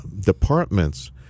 departments